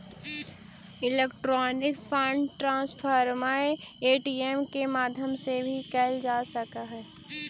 electronic fund transfer ATM के माध्यम से भी कैल जा सकऽ हइ